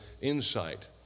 insight